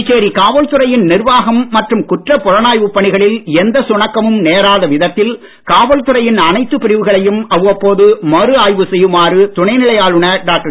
புதுச்சேரி காவல்துறையின் நிர்வாகம் மற்றும் குற்றப் புலனாய்ப் பணிகளில் எந்த சுணக்கமும் நேராத விதத்தில் காவல்துறையின் அனைத்துப் பிரிவுகளையும் அவ்வப்போது மறுஆய்வு செய்யுமாறு துணைநிலை ஆளுனர் டாக்டர்